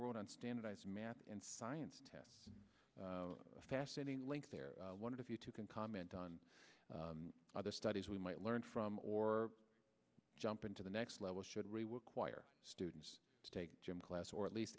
world on standardized math and science test a fascinating link there one of the few to can comment on other studies we might learn from or jump in to the next level should reward quire students to take gym class or at least